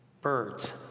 Birds